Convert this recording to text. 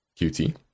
QT